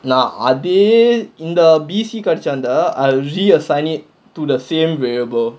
நான் அதே இந்த:naan adhae intha B C கு அடிச்சாண்டா:ku adichaandaa I would usually assign it to the same variable